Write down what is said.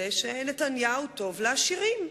שנתניהו טוב לעשירים.